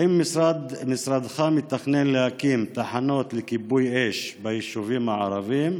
1. האם משרדך מתכנן להקים תחנות לכיבוי אש בישובים הערביים?